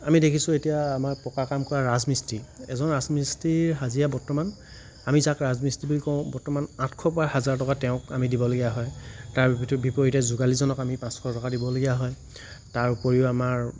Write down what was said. আমি দেখিছোঁ এতিয়া আমাৰ পকা কাম কৰা ৰাজমিস্ত্ৰী এজন ৰাজমিস্ত্ৰীৰ হাজিৰা বৰ্তমান আমি যাক ৰাজমিস্ত্ৰী বুলি কওঁ বৰ্তমান আঠশৰ পৰা হাজাৰ টকা তেওঁক আমি দিবলগীয়া হয় তাৰ বিপৰীতে যোগালিজনক আমি পাঁচশ টকা দিবলগীয়া হয় তাৰোপৰিও আমাৰ